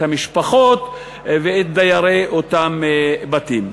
את המשפחות ואת דיירי אותם הבתים.